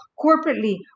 corporately